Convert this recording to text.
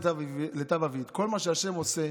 לטב עביד" כל מה שה' עושה,